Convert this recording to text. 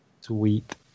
sweet